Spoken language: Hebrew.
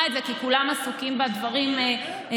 את זה כי כולם עסוקים בדברים האחרים,